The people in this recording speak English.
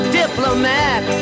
diplomat